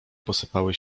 posypały